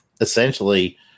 essentially